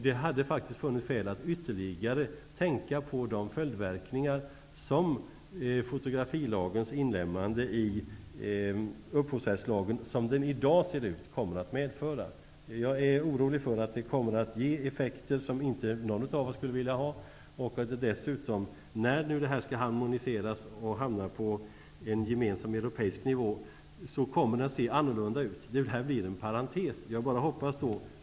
Det hade faktiskt funnits skäl att också ytterligare tänka på de följdverkningar som fotografirättslagens inlemmande i upphovsrättslagen, som den i dag ser ut, kommer att medföra. Jag är orolig för att den kommer att ge effekter som inte någon av oss skulle vilja ha. När nu detta område skall harmoniseras på europeisk nivå kommer det att se annorlunda ut. Detta blir en parentes.